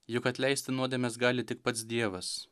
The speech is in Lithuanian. juk atleisti nuodėmes gali tik pats dievas